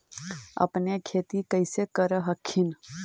अपने खेती कैसे कर हखिन?